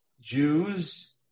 Jews